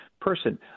person